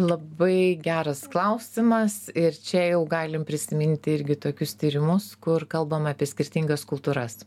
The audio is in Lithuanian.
labai geras klausimas ir čia jau galim prisiminti irgi tokius tyrimus kur kalbam apie skirtingas kultūras